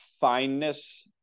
fineness